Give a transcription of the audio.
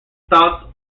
thoughts